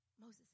Moses